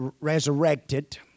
resurrected